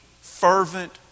fervent